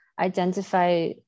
identify